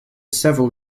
several